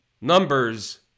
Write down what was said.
Numbers